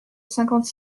cinquante